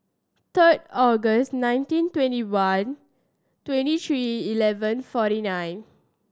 third August nineteen twenty one twenty three eleven forty nine